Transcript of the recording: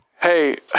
Hey